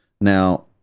Now